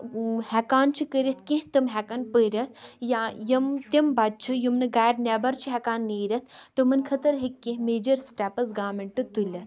ہیٚکان چھِ کٔرِتھ کیٚنٛہہ تِم ہیٚکن پٔرِتھ یا یِم تِم بچہٕ چھِ یِم نہٕ گرِ نیبر چھِ ہیٚکان نیٖرِتھ تِمن خٲطرٕ ہیٚکہِ کیٚنٛہہ میجر سِٹیٚپٕس گوٚرمینٹ تُلِتھ